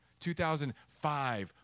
2005